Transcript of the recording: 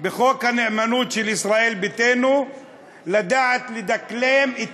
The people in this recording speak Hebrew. בחוק הנאמנות של ישראל ביתנו לדעת לדקלם את